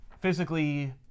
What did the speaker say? physically